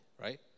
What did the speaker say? right